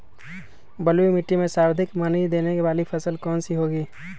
बलुई मिट्टी में सर्वाधिक मनी देने वाली फसल कौन सी होंगी?